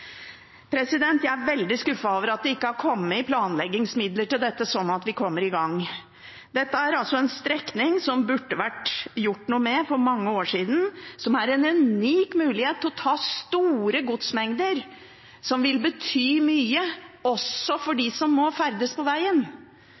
Jeg er veldig skuffet over at det ikke har kommet planleggingsmidler til dette, sånn at vi kommer i gang. Dette er en strekning som det burde vært gjort noe med for mange år siden. Det er en unik mulighet til å ta store godsmengder, noe som vil bety mye også for